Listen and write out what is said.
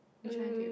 which one do you